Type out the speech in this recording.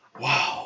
Wow